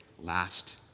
last